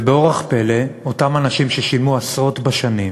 ובאורח פלא, אותם אנשים ששילמו עשרות בשנים,